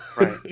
Right